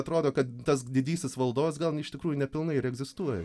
atrodo kad tas didysis valdovas gal iš tikrųjų nepilnai ir egzistuoja